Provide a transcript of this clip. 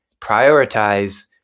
prioritize